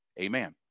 Amen